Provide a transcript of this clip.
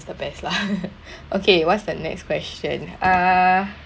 is the best lah okay what's the next question uh